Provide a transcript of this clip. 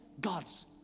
God's